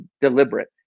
deliberate